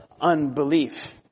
unbelief